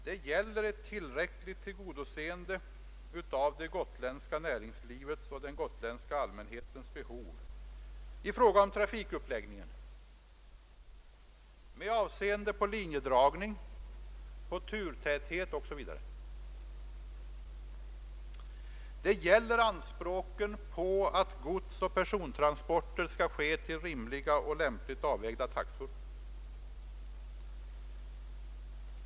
Det gäller ett tillräck ligt tillgodoseende av det gotländska näringslivets och den gotländska allmänhetens behov i fråga om trafikens uppläggning, med avseende på linjedragningen, på turtätheten osv. Det gäller anspråken på att godsoch persontransporter skall ske till rimliga och lämpligt avvägda taxor.